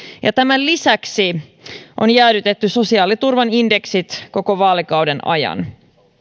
ja tämän lisäksi on jäädytetty sosiaaliturvan indeksit koko vaalikauden ajan